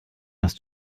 hast